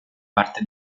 parte